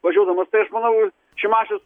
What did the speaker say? važiuodamas tai aš manau šimašius